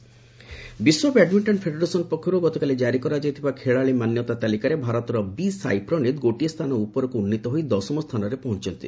badminton ranking ବିଶ୍ୱ badminton federation ପକ୍ଷରୁ ଗତକାଲି ଜାରି କରାଯାଇଥିବା ଖେଳାଳି ମାନ୍ୟତା ତାଲିକାରେ ଭାରତର ବିସାଇପ୍ରଣୀତ ଗୋଟିଏ ସ୍ଥାନ ଉପରକୁ ଉନ୍ନୀତ ହୋଇ ଦଶମ ସ୍ଥାନରେ ପହଞ୍ଚୁଛନ୍ତି